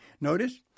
Notice